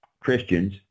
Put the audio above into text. Christians